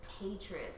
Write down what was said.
hatred